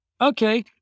okay